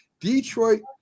Detroit